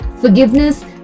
Forgiveness